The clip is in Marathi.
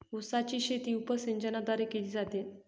उसाची शेती उपसिंचनाद्वारे केली जाते